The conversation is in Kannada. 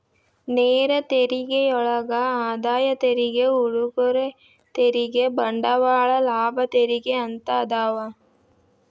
ನೇರ ತೆರಿಗೆಯೊಳಗ ಆದಾಯ ತೆರಿಗೆ ಉಡುಗೊರೆ ತೆರಿಗೆ ಬಂಡವಾಳ ಲಾಭ ತೆರಿಗೆ ಅಂತ ಅದಾವ